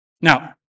Now